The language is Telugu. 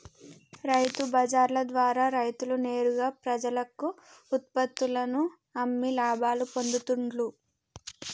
రైతు బజార్ల ద్వారా రైతులు నేరుగా ప్రజలకు ఉత్పత్తుల్లను అమ్మి లాభాలు పొందుతూండ్లు